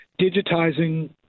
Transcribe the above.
digitizing